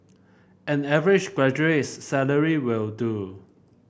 an average graduate's salary will do